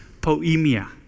poemia